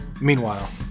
Meanwhile